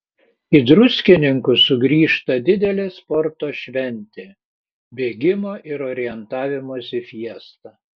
į druskininkus sugrįžta didelė sporto šventė bėgimo ir orientavimosi fiesta